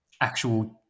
actual